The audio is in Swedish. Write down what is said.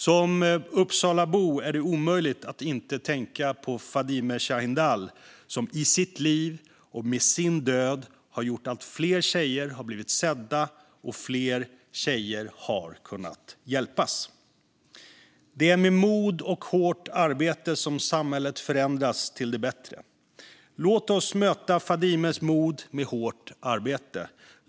Som Uppsalabo är det omöjligt att inte tänka på Fadime Sahindal, som med sitt liv och med sin död har gjort att fler tjejer blivit sedda och fler tjejer kunnat hjälpas. Det är med mod och hårt arbete som samhället förändras till det bättre. Låt oss möta Fadimes mod med hårt arbete!